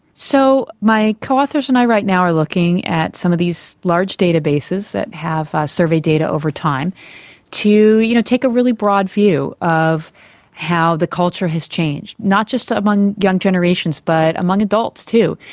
so my co-authors and i right now are looking at some of these large databases that have survey data over time to you know take a really broad view of how the culture has changed, not just among young generations but among adults too,